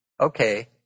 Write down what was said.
okay